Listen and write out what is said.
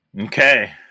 Okay